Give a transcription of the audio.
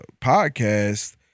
podcast